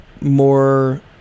more